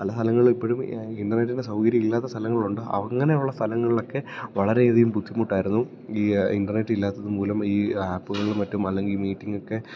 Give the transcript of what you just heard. പല സ്ഥലങ്ങളിലിപ്പോഴും ഇൻറർനെറ്റിൻ്റെ സൗകര്യം ഇല്ലാത്ത സ്ഥലങ്ങളുണ്ട് അങ്ങനെയുള്ള സ്ഥലങ്ങളിലൊക്കെ വളരെയധികം ബുദ്ധിമുട്ടായിരുന്നു ഈ ഇൻറർനെറ്റ് ഇല്ലാത്തതു മൂലം ഈ ആപ്പുകളും മറ്റും അല്ലെങ്കില് ഈ മീറ്റിങ്ങൊക്കെ